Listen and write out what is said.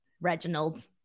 reginald